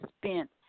spent